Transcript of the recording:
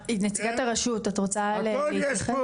נציגת הרשות, את רוצה להתייחס?